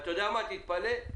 ואתה יודע מה, תתפלא,